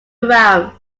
around